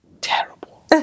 Terrible